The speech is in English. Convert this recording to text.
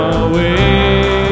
away